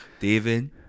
David